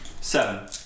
Seven